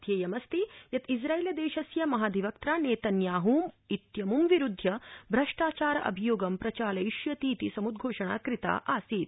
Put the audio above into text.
ध्येयमस्ति यत् इम्राइलदेशस्य महाधिवक्त्रा नेतन्याह् इत्यम् विरूद्धय भ्रष्टाचार अभियोगं प्रचालयिष्यतीति सम्द्वोषणा कृता आसीत्